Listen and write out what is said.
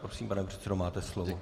Prosím, pane předsedo, máte slovo.